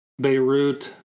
Beirut